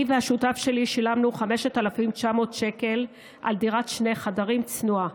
והשותף שלי שילמנו 5,900 שקלים על דירת שני חדרים צנועה,